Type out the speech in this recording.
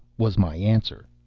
was my answer.